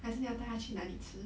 还是你要去带他去哪里吃